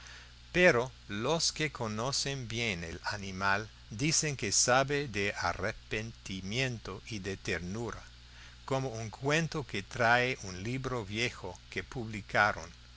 pero los que conocen bien al animal dicen que sabe de arrepentimiento y de ternura como un cuento que trae un libro viejo que publicaron